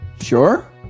Sure